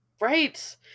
Right